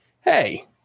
hey